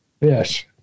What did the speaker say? Yes